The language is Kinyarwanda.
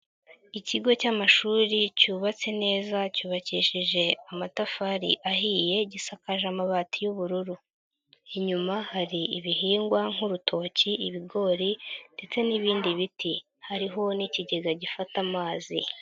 Ikigo cy'amashuri cyubatse neza cyubakishijeje amatafari ahiye gisakaje amabati y'ubururu, inyuma hari ibihingwa nk'urutoki, ibigori, ndetse n'ibindi biti hariho n'ikigega gifata amazi.